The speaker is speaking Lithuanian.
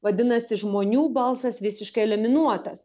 vadinasi žmonių balsas visiškai eliminuotas